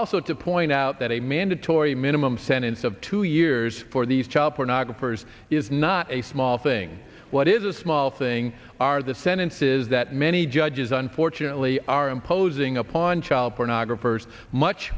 also to point out that a mandatory minimum sentence of two years for these child pornographers is not a small thing what is a small thing are the sentences that many judges unfortunately are imposing upon child pornographers much